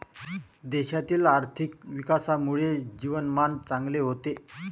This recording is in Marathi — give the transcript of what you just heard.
देशातील आर्थिक विकासामुळे जीवनमान चांगले होते